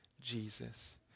Jesus